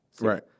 Right